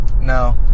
No